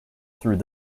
through